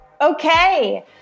Okay